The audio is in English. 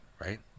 right